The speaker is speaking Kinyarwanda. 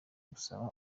gusaba